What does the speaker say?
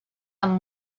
amb